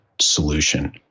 solution